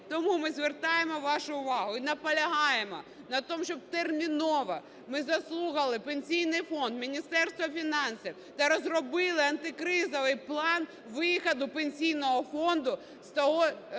Тому ми звертаємо вашу увагу, і наполягаємо, на тому, щоб терміново ми заслухали Пенсійний фонд, Міністерство фінансів та розробили антикризовий план виходу Пенсійного фонду з того сьогодні